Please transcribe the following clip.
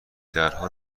درها